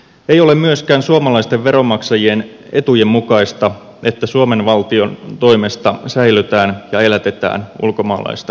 ei ole myöskään suomalaisten veronmaksajien etujen mukaista että suomen valtion toimesta säilötään ja elätetään ulkomaalaista rikollista ainesta